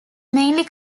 mainly